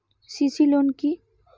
CC loan কি?